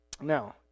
Now